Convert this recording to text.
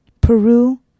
Peru